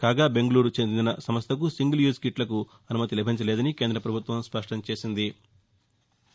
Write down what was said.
కాగా బెంగళూరుకు చెందిన సంస్లకు సింగిల్ యూజ్ కిట్లకు అనుమతి లభించలేదని కేంద్ర పభుత్వం స్పష్టం చేసింది